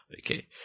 Okay